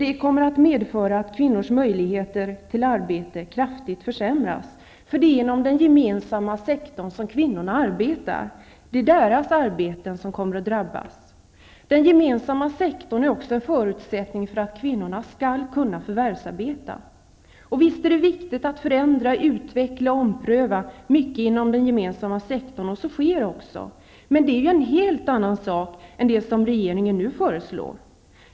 Detta kommer att medföra att kvinnors möjligheter till arbete kraftigt försämras, eftersom det är inom den gemensamma sektorn som kvinnorna arbetar. Det är deras arbeten som kommer att drabbas. Den gemensamma sektorn är också en förutsättning för att kvinnorna skall kunna förvärvsarbeta. Visst är det viktigt att förändra, utveckla och ompröva inom den gemensamma sektorn -- och så sker också. Men det är ju en helt annan sak än det regeringen nu föreslår.